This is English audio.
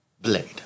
Blade